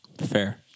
fair